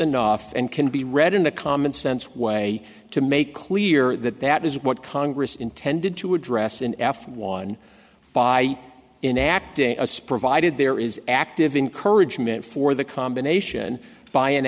enough and can be read in the common sense way to make clear that that is what congress intended to address in f one by in acting a spree vied there is active encourage meant for the combination by